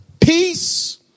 Peace